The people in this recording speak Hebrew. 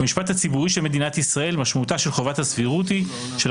במשפט הציבורי של מדינת ישראל משמעותה של חובת הסבירות היא שעל